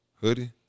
Hoodie